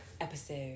episode